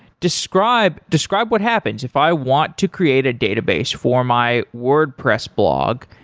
describe describe what happens. if i want to create a database for my wordpress blog,